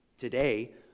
Today